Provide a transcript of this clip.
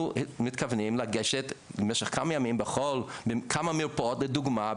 מתכוונים לגשת במשך כמה ימים לכמה מרפאות לדוגמה,